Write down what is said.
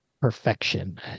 perfection